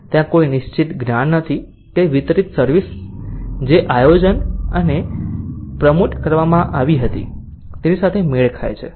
ત્યાં કોઈ નિશ્ચિત જ્ઞાન નથી કે વિતરિત સર્વિસ જે આયોજન અને પ્રમોટ કરવામાં આવી હતી તેની સાથે મેળ ખાય છે